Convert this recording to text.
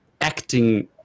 acting